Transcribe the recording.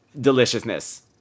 deliciousness